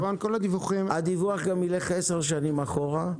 הדיווח ילך גם עשר שנים אחורה,